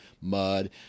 mud